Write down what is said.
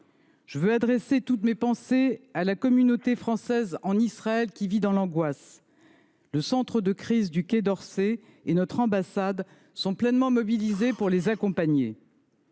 J’adresse toutes mes pensées à la communauté française, en Israël, qui vit dans l’angoisse. Le centre de crise du Quai d’Orsay et notre ambassade sont pleinement mobilisés pour les accompagner.